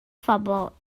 phobl